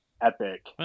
epic